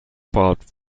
barbed